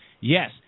Yes